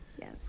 Yes